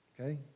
Okay